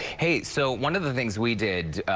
hey, so one of the things we did,